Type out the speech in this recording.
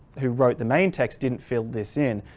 who wrote the main text didn't fill this in.